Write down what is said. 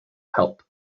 help